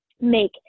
make